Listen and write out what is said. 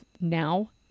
now